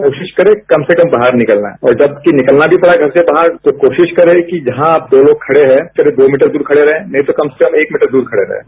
कोशिश करें कम से कम बाहर निकलना है और जबकि निकलना भी पड़ा घर से बाहर तो कोशिश करें कि जहां आप दो लोग खड़े हैं करीब दो मीटर दूर खड़े रहें नहीं तो कम से कम एक मीटर दूर खड़े रहें